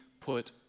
put